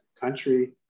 country